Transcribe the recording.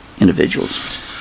individuals